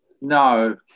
no